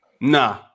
Nah